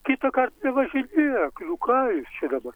kitąkart nevažinėk nu ką jūs čia dabar